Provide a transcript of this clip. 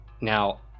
Now